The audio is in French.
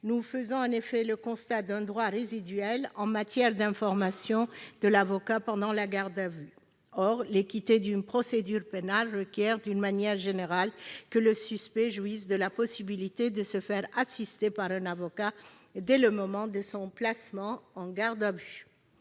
Nous faisons en effet le constat d'un droit résiduel en matière d'information de l'avocat pendant la garde à vue. Or, d'une manière générale, l'équité d'une procédure pénale requiert que le suspect jouisse de la possibilité de se faire assister par un avocat dès le moment où il est placé en garde à vue.